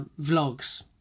vlogs